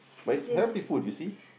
but it's healthy food you see